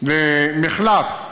למחלף רהט,